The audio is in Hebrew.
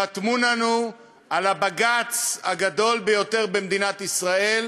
חתמו לנו על הבג"ץ הגדול ביותר במדינת ישראל: